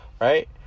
right